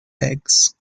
eggs